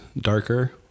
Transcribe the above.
darker